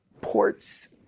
ports